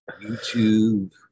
YouTube